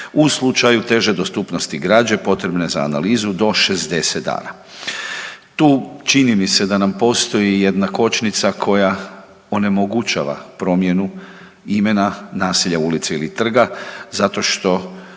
u slučaju teže dostupnosti građe potrebne za analizu, do 60 dana. Tu, čini mi se da nam postoji jedna kočnica koja onemogućava promjenu imena naselja, ulice ili trga zato što